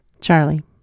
Charlie